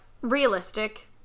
realistic